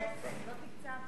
מספיק כבר.